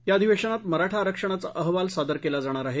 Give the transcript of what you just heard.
या अधिवेशनात मराठा आरक्षणाचा अहवाल सादर केला जाणार आहे